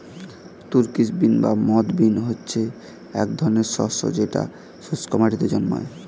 Turkish bean বা moth bean মানে হচ্ছে এক ধরনের শস্য যেটা শুস্ক মাটিতে জন্মায়